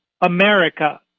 America